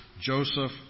Joseph